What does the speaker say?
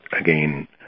again